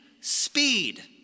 speed